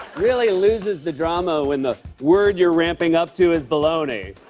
really loses the drama when the word you're ramping up to is baloney.